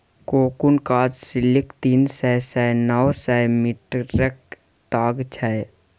cocoon काँच सिल्कक तीन सय सँ नौ सय मीटरक ताग छै